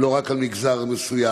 ולא רק על מגזר מסוים.